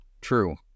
True